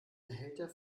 behälter